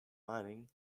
mining